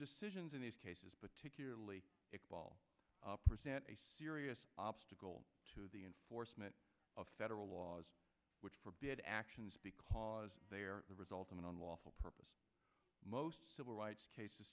decisions in these cases particularly present a serious obstacle to the enforcement of federal laws which forbid actions because they are the result of an unlawful purpose civil rights cases